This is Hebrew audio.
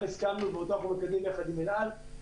הסכמנו ואותו אנחנו מקדמים יחד עם אל על.